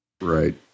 Right